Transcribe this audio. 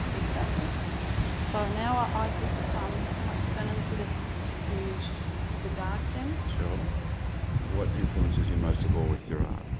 exactly so now i ah just um might go kind of and put ah a few of the darks in. so what influences you most of all with your um